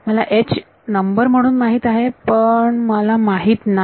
मला नंबर म्हणून माहित आहे परंतु मला माहित नाही